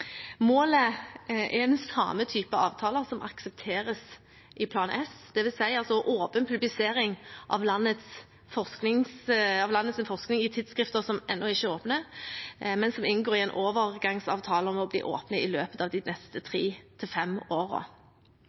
Målet deres er den samme typen avtaler som aksepteres i Plan S, dvs. åpen publisering av landets forskning i tidsskrifter som ennå ikke er åpne, men som inngår i en overgangsavtale om å bli åpne i løpet av de neste